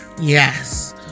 yes